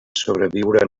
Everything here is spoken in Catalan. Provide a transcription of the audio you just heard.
sobreviure